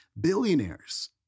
billionaires